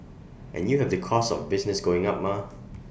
and you have the costs of business going up mah